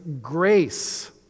grace